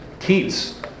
Keats